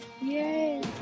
Yay